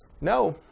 no